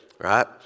right